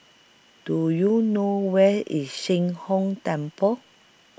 Do YOU know Where IS Sheng Hong Temple